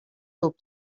lub